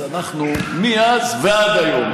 אז אנחנו מאז ועד היום,